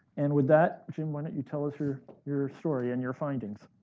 and with that, jim, why don't you tell us your your story and your findings.